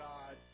God